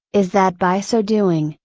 is that by so doing,